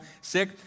sick